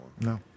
No